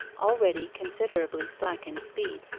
already considerably slackened speed,